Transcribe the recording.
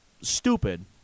stupid